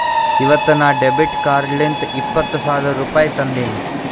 ಇವತ್ ನಾ ಡೆಬಿಟ್ ಕಾರ್ಡ್ಲಿಂತ್ ಇಪ್ಪತ್ ಸಾವಿರ ರುಪಾಯಿ ತಂದಿನಿ